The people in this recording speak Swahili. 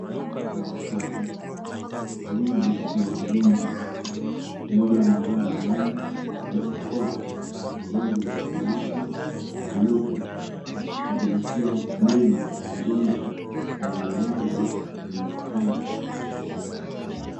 Kuna watu watatu. Wawili ni wahudumu wa afya, mmoja amevaa miwani, barakoa, mavazi ya samawati na glovu akishughulikia meno ya mgonjwa aliyelazwa kwenye kitanda cha hospitali.